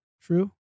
true